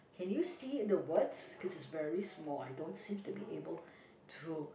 can you see the words cause is very small I don't seem to be able to